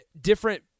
different